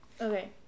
okay